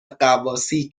غواصی